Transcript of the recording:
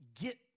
get